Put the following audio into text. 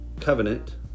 covenant